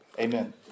Amen